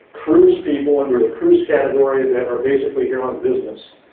cruise people under the cruise category and that are basically here on business.